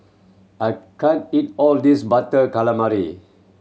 I can't eat all of this Butter Calamari